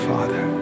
Father